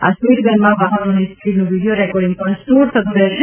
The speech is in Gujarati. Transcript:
આ સ્પીડ ગનમાં વાહનોની સ્પીડનું વીડિયો રેકોર્ડિંગ પણ સ્ટોર થતું રહેશે